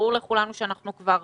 ברור לכולנו שאנחנו כבר